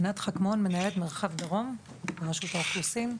ענת חכמון, מנהלת מרחב דרום ברשות האוכלוסין.